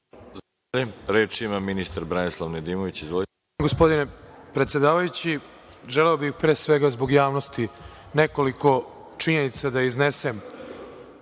ima ministar Branislav Nedimović.